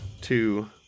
two